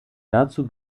dazu